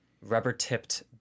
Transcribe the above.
rubber-tipped